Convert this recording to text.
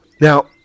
Now